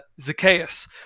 Zacchaeus